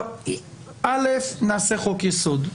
ראשית, נעשה חוק יסוד.